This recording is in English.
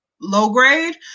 low-grade